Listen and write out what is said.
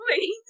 please